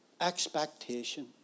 expectation